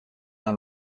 l’un